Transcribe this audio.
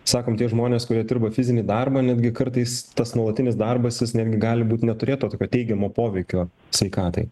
sakom tie žmonės kurie dirba fizinį darbą netgi kartais tas nuolatinis darbas jis netgi būti neturėt to tokio teigiamo poveikio sveikatai